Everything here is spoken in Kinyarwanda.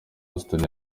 houston